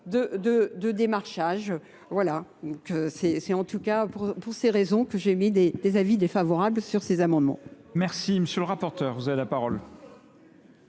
de démarchage. Voilà. C'est en tout cas pour ces raisons que j'ai mis des avis défavorables sur ces amendements. Merci. Monsieur le rapporteur, vous avez la parole.